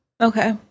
Okay